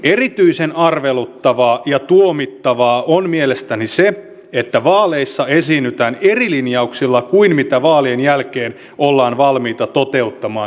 erityisen arveluttavaa ja tuomittavaa on mielestäni se että vaaleissa esiinnytään eri linjauksilla kuin mitä vaalien jälkeen ollaan valmiita toteuttamaan